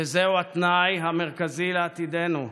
וזהו התנאי המרכזי לעתידנו.